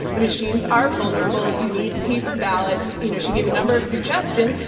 the machines are vulnerable. you need paper ballots. you know, she gave a number of suggestions,